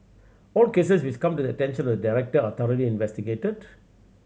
all cases which come to attention of the director are thoroughly investigated